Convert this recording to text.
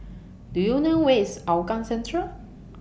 Do YOU know Where IS Hougang Central